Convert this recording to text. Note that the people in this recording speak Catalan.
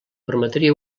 permetria